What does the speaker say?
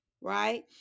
right